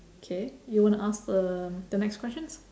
K you want to ask um the next questions